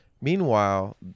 Meanwhile